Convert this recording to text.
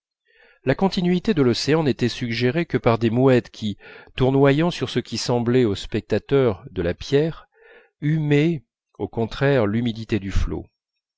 la continuité de l'océan n'était suggérée que par des mouettes qui tournoyant sur ce qui semblait au spectateur de la pierre humaient au contraire l'humidité du flot